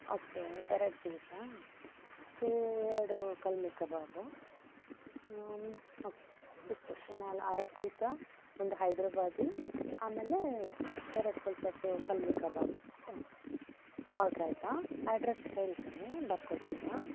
okay ಎರಡು ಪೀಸಾ so ಎರಡು ಕಲ್ಮಿ ಕಬಾಬು ಓಕೆ ಇಷ್ಟು ನಾಲ್ ಆರು ಕುಲ್ಚ ಒಂದು ಹೈದರಾಬಾದಿ ಆಮೇಲೆ ಎರಡು full set kalmi kebab order ಆಯಿತಾ ಅಡ್ರೆಸ್ ಹೇಳ್ತೇನೆ ಬರ್ಕೊತೀರಾ